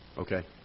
Okay